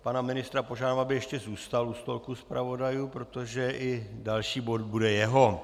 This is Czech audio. Pana ministra požádám, aby ještě zůstal u stolku zpravodajů, protože i další bod bude jeho.